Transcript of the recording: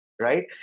right